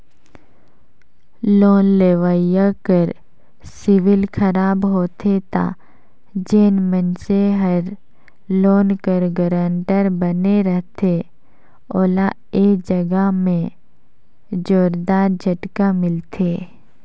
loan लेवइया कर civil खराब होथे ता जेन मइनसे हर लोन कर गारंटर बने रहथे ओला ए जगहा में जोरदार झटका मिलथे